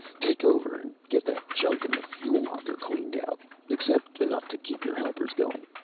take over. and get that junk in the fuel locker cleaned out except enough to keep your helpers going.